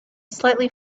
slightly